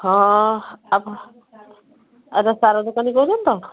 ହଁ ଆପଣ ସାର ଦୋକାନରୁ କହୁଛନ୍ତି ତ